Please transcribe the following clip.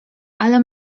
ale